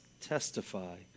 testify